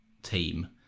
Team